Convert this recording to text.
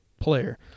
player